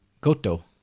Goto